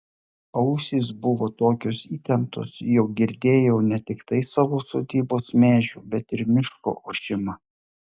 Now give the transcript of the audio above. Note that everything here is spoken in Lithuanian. ausys buvo tokios įtemptos jog girdėjau ne tiktai savo sodybos medžių bet ir miško ošimą